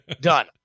Done